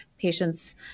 patients